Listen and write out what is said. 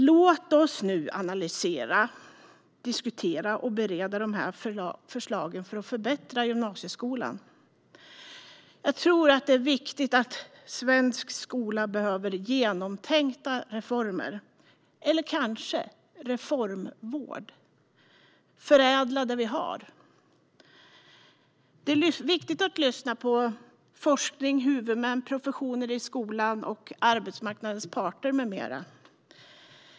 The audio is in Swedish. Låt oss nu analysera, diskutera och bereda dessa förslag för att förbättra gymnasieskolan. Svensk skola behöver genomtänkta reformer - eller kanske reformvård, där vi förädlar det vi har. Det är viktigt att lyssna på forskare, huvudmän, skolans professioner, arbetsmarknadens parter med flera.